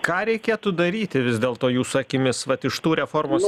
ką reikėtų daryti vis dėlto jūsų akimis vat iš tų reformos